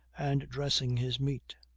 and dressing his meat.